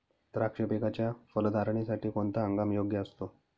द्राक्ष पिकाच्या फलधारणेसाठी कोणता हंगाम योग्य असतो?